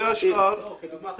ומה עם